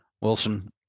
Wilson